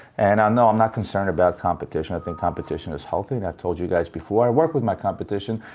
and no, i'm not concerned about competition. i think competition is healthy. and i told you guys before, i work with my competition.